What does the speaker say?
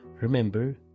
Remember